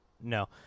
No